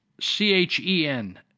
C-H-E-N